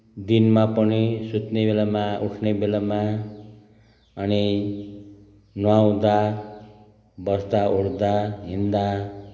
दिनमा पनि सुत्ने बेलामा उठ्ने बेलामा अनि नुहाउँदा बस्दा उठ्दा हिँड्दा